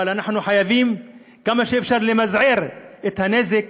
אבל אנחנו חייבים, כמה שאפשר, למזער את הנזק